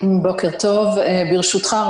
ברשותך,